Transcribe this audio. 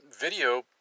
video